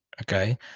Okay